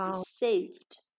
saved